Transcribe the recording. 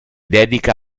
dedica